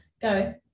Go